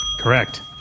Correct